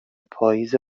پاییز